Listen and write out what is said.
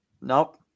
Nope